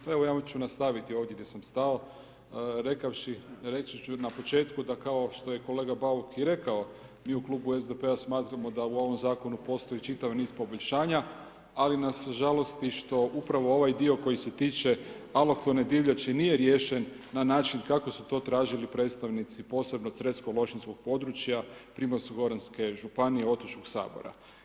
Pa evo, ja ću nastaviti ovdje gdje sam stao rekavši, reći ću na početku da kao što je i kolega Bauk i rekao, mi u klubu SDP-a smatramo da u ovom Zakonu postoji čitav niz poboljšanja, ali nas žalosti što upravo ovaj dio koji se tiče alohtone divljače nije riješen na način kako su to tražili predstavnici posebno Cresko Lošinjskog područja, Primorsko goranske županije, Otočkog Sabora.